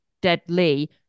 deadly